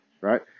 right